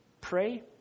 Pray